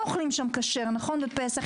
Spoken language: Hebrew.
לא אוכלים שם כשר בפסח,